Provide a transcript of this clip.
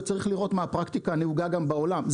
צריך לראות מה הפרקטיקה הנהוגה גם בעולם.